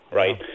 right